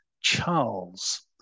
Charles